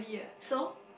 so